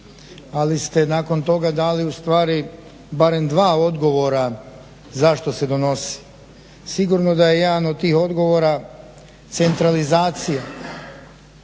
ali ste nakon toga dali ustvari barem dva odgovora zašto se donosi. Sigurno da je jedan od tih odgovora centralizacija